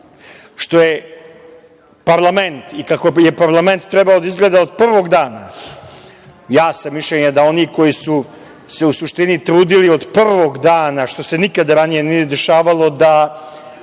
što je parlament i kako je parlament trebalo da izgleda od prvog dana. Ja sam mišljenja da oni koji su se u suštini trudili od prvog dana, što se nikada ranije nije ni dešavalo, da